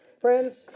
Friends